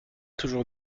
toujours